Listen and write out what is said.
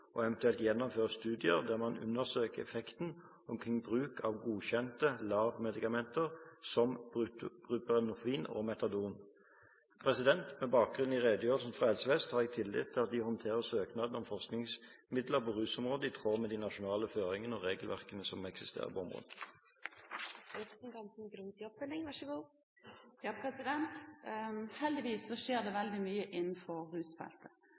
og evt. gjennomføre studier, der man undersøker effekter omkring bruk av godkjente LAR-medikamenter som buprenorfin og metadon.» Med bakgrunn i redegjørelsen fra Helse Vest har jeg tillit til at de håndterer søknad om forskningsmidler på rusområdet i tråd med de nasjonale føringene og regelverkene som eksisterer på området. Heldigvis skjer det veldig mye innenfor rusfeltet. Men selv om et så